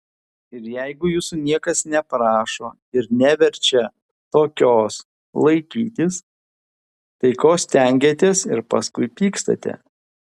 ir jeigu jūsų niekas neprašo ir neverčia tokios laikytis tai ko stengiatės ir paskui pykstate